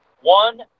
one